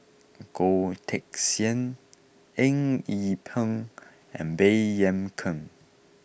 Goh Teck Sian Eng Yee Peng and Baey Yam Keng